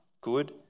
good